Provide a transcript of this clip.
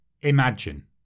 Imagine